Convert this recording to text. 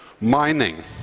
Mining